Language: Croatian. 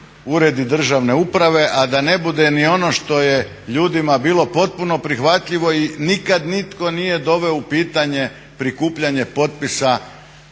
uredi državne uprave, a da ne bude ni ono što je ljudima bilo potpuno prihvatljivo i nikad nitko nije doveo u pitanje prikupljanje potpisa